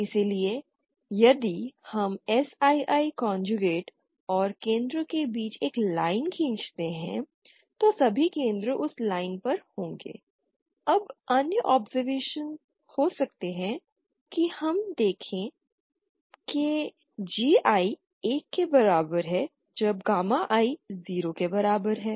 इसलिए यदि हम Sii कंजुगेट और केंद्र के बीच एक लाइन खींचते हैं तो सभी केंद्र उस लाइन पर होंगे अब अन्य ऑब्जर्वेशन हो सकते हैं कि हम देखें कि GI 1 के बराबर है जब गामा i 0 के बराबर है